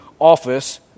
office